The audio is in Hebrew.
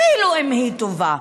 אפילו אם היא טובה.